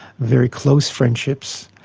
very close friendships,